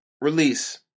release